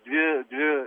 dvi dvi